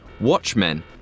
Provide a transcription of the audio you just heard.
Watchmen